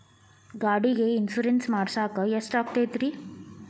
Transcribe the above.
ಗಾಡಿಗೆ ಇನ್ಶೂರೆನ್ಸ್ ಮಾಡಸಾಕ ಎಷ್ಟಾಗತೈತ್ರಿ?